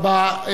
תודה רבה.